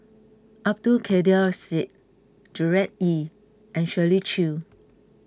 Abdul Kadir Syed Gerard Ee and Shirley Chew